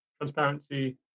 transparency